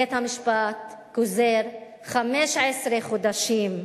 בית-המשפט גוזר חמש-עשרה חודשים,